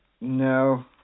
no